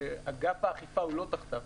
אגף האכיפה הוא לא תחתיו,